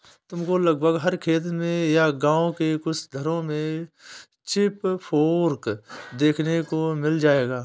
तुमको लगभग हर खेत में या गाँव के कुछ घरों में पिचफोर्क देखने को मिल जाएगा